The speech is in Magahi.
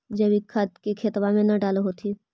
जैवीक खाद के खेतबा मे न डाल होथिं?